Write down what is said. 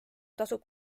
tasub